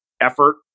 effort